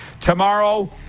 Tomorrow